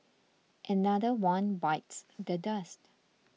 another one bites the dust